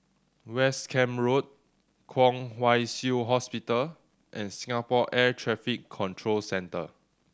West Camp Road Kwong Wai Shiu Hospital and Singapore Air Traffic Control Centre